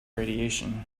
radiation